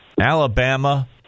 Alabama